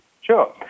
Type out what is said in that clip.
Sure